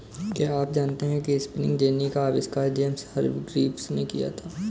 क्या आप जानते है स्पिनिंग जेनी का आविष्कार जेम्स हरग्रीव्ज ने किया?